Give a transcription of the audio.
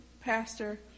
Pastor